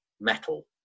metal